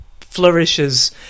flourishes